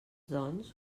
doncs